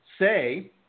say